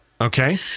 Okay